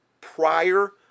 prior